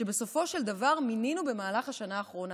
שבסופו של דבר מינינו במהלך השנה האחרונה,